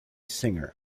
singer